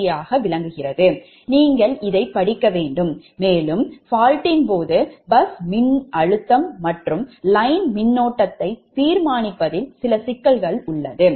நீங்கள் இதைப் படிக்க வேண்டும் மேலும் faultயின் போது பஸ் மின்னழுத்தம் மற்றும் line மின்னோட்டத்தை தீர்மானிப்பதில் சிக்கல் உள்ளது